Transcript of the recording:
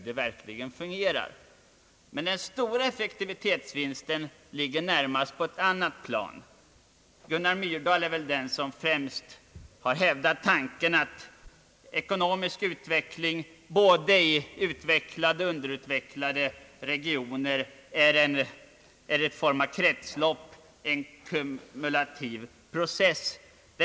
Den stora effektivitetsvinsten ligger dock närmast på ett annat plan. Professor Gunnar Myrdal är väl den som främst hävdat tanken att ekonomisk utveckling både i utvecklade och i underutvecklade regioner är en form av kretslopp och ett slags kumulativ process.